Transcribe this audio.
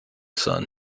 son